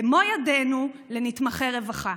במו ידינו לנתמכי רווחה.